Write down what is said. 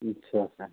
अच्छा सर